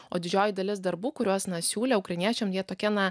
o didžioji dalis darbų kuriuos na siūlė ukrainiečiams jie tokie na